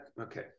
okay